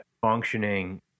functioning